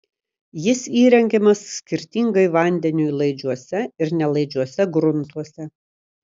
jis įrengiamas skirtingai vandeniui laidžiuose ir nelaidžiuose gruntuose